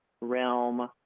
realm